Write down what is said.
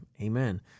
Amen